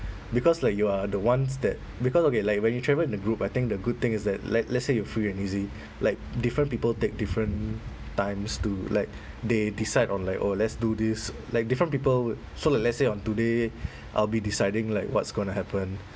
because like you are the ones that because okay like when you travel in a group I think the good thing is that let let's say you're free and easy like different people take different times too like they decide on like oh let's do this like different people so like let's say on today I'll be deciding like what's gonna happen